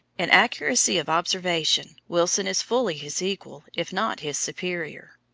in accuracy of observation, wilson is fully his equal, if not his superior.